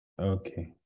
Okay